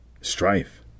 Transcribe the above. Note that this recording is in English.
strife